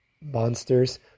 monsters